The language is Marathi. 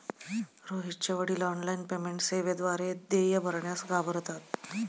रोहितचे वडील ऑनलाइन पेमेंट सेवेद्वारे देय भरण्यास घाबरतात